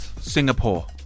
Singapore